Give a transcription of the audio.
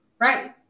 Right